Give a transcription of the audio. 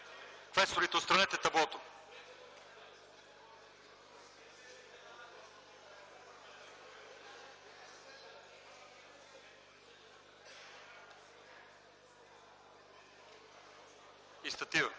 Квесторите, отстранете таблото и статива!